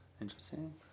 Interesting